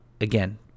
again